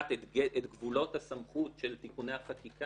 שקובעת את גבולות הסמכות של תיקוני החקיקה